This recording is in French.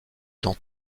dans